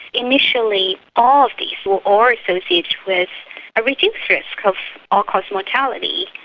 initially all of these were all associated with a reduced risk of all-cause mortality.